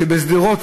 בשדרות,